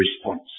response